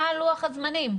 מה לוח הזמנים?